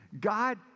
God